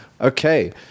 Okay